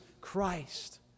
Christ